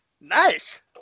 nice